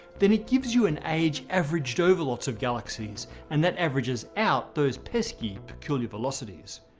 then it gives you an age averaged over lots of galaxies and that averages out those pesky peculiar velocities.